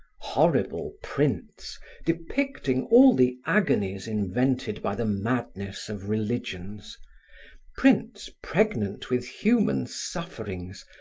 horrible prints depicting all the agonies invented by the madness of religions prints pregnant with human sufferings,